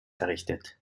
errichtet